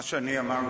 מה שאני אמרתי,